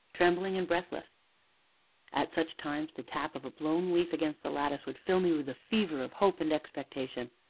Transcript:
trembling and breathless at such times the tap of a blown leaf against the lattice would fill me with a fever of hope and expectation.